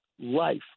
life